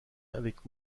avec